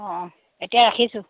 অঁ অঁ এতিয়া ৰাখিছোঁ